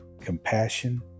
compassion